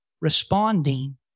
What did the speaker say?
responding